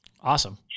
Awesome